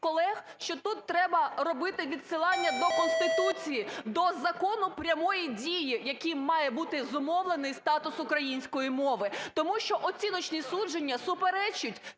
колег, що тут треба робити відсилання до Конституції, до закону прямої дії, яким має бути зумовлений статус української мови, тому що оціночні судження суперечать